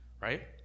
Right